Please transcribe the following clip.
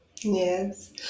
Yes